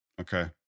Okay